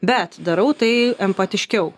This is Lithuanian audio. bet darau tai empatiškiau